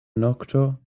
nokto